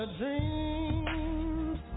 dreams